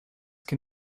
can